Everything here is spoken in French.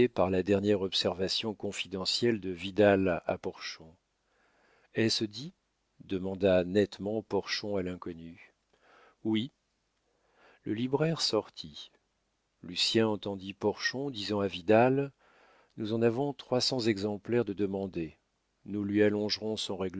par la dernière observation confidentielle de vidal à porchon est-ce dit demanda nettement porchon à l'inconnu oui le libraire sortit lucien entendit porchon disant à vidal nous en avons trois cents exemplaires de demandés nous lui allongerons son